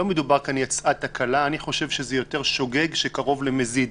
אני חושב שזה יותר שוגג שקרוב למזיד.